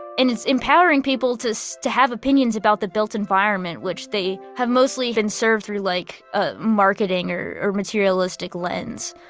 and it's empowering people to so to have opinions about the built environment, which they have mostly been served through like a marketing or or materialistic lens,